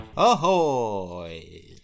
Ahoy